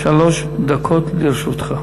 שלוש דקות לרשותך.